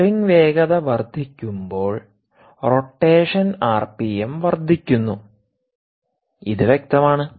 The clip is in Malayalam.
ബെയറിംഗ് വേഗത വർദ്ധിക്കുമ്പോൾ റൊട്ടേഷൻ ആർപിഎം വർദ്ധിക്കുന്നുഇത് വ്യക്തമാണ്